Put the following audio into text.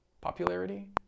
popularity